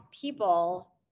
people